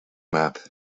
map